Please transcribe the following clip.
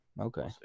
Okay